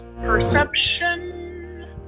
perception